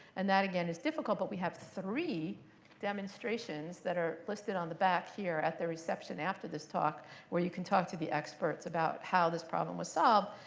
and that again is difficult. but we have three demonstrations that are listed on the back here at the reception after this talk where you can talk to the experts about how this problem was solved.